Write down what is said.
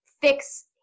fix